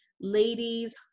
ladies